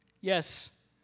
yes